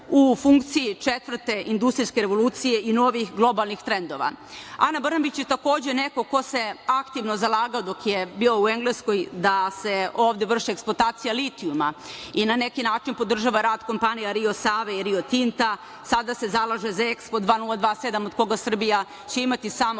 u funkciji Četvrte industrijske revolucije i novih globalnih trendova. Ana Brnabić je takođe neko ko se aktivno zalagao dok je bio u Engleskoj da se ovde vrši eksploatacija litijuma i na neki način podržava rad kompanija "Rio Save" i "Rio Tinta", sada se zalaže za EKSPO 2027. od koga će Srbija imati samo